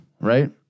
right